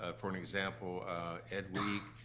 ah for an example ed week.